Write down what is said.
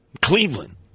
Cleveland